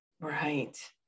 Right